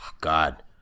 God